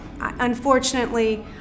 unfortunately